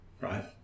right